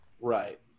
Right